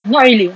not really